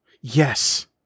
yes